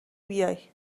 بیای